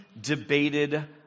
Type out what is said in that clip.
debated